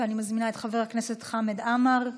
אני מזמינה את חבר הכנסת חמד עמאר.